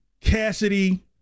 Cassidy